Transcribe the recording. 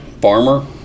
farmer